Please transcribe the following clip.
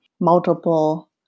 multiple